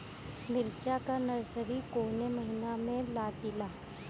मिरचा का नर्सरी कौने महीना में लागिला?